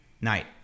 night